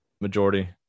majority